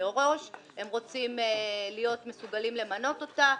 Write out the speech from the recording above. הם רוצים להיות מסוגלים למנות אותה.